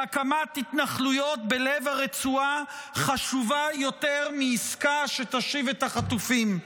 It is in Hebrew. שהקמת התנחלויות בלב הרצועה חשובה יותר מעסקה שתשיב את החטופים?